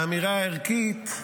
האמירה הערכית,